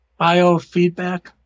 biofeedback